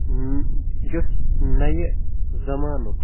اۭ یُس نوِ زمانُک